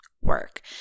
work